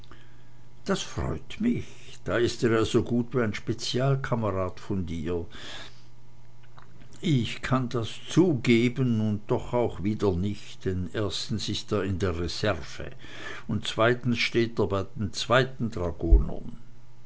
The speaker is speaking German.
das freut mich da ist er ja so gut wie ein spezialkamerad von dir ich kann das zugeben und doch auch wieder nicht denn erstens ist er in der reserve und zweitens steht er bei den zweiten dragonern